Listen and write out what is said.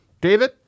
David